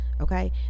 Okay